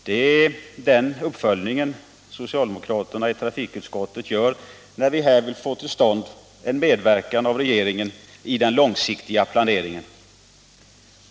Det är den uppföljningen som socialdemokraterna i trafikutskottet gör när vi här vill få till stånd en medverkan av regeringen i den långsiktiga planeringen.